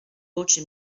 voce